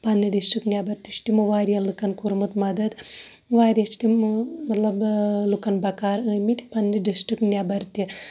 پَننہِ ڈِسٹرک نٮ۪بَر تہِ چھُ تِمو واریاہ لُکَن کوٚرمُت مَدَد واریاہ چھِ تِم مَطلَب لُکَن بَکار آمٕتۍ پَننہِ ڈِسٹرک نٮ۪بَر تہِ